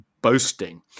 boasting